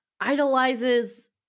idolizes